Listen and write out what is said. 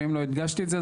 ואם לא הדגשתי את זה,